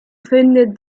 findet